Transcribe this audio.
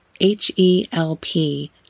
H-E-L-P